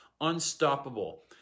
unstoppable